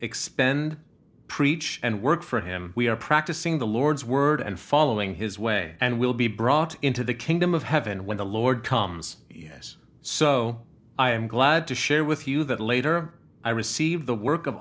expend preach and work for him we are practicing the lord's word and following his way and will be brought into the kingdom of heaven when the lord comes yes so i am glad to share with you that later i receive the work of